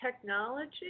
technology